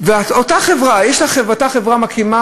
אותה חברה מקימה,